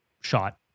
shot